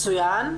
מצוין.